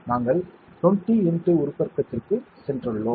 நாங்கள் 20 x உருப்பெருக்கத்திற்கு சென்றுள்ளோம்